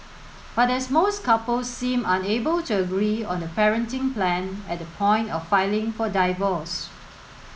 but as most couples seemed unable to agree on the parenting plan at the point of filing for divorce